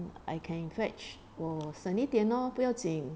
I can stretch 我省一點不要紧